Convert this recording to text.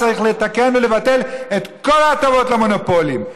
צריך לתקן ולבטל את כל ההטבות למונופולים.